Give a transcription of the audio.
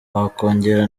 wakongera